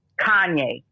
Kanye